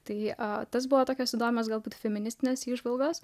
tai amatas buvo tokios įdomios galbūt feministinės įžvalgos